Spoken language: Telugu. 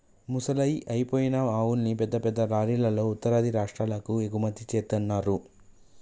ముసలయ్యి అయిపోయిన ఆవుల్ని పెద్ద పెద్ద లారీలల్లో ఉత్తరాది రాష్టాలకు ఎగుమతి జేత్తన్నరు